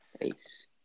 ace